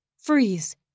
Freeze